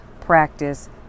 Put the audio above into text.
practice